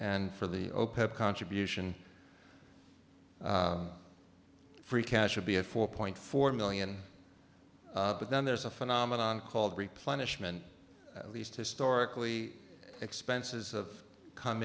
and for the opec contribution free cash would be a four point four million but then there's a phenomenon called replenishment at least historically expenses of come